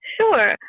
Sure